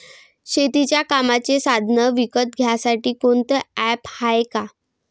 शेतीच्या कामाचे साधनं विकत घ्यासाठी कोनतं ॲप हाये का?